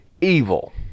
Evil